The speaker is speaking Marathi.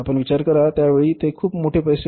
आपण विचार करा त्यावेळी ते एक मोठे पैसे होते